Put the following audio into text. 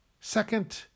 Second